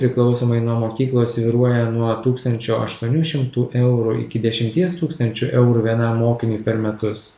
priklausomai nuo mokyklos svyruoja nuo tūkstančio aštuonių šimtų eurų iki dešimties tūkstančių eurų vienam mokiniui per metus